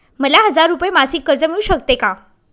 मला हजार रुपये मासिक कर्ज मिळू शकते का?